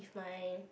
my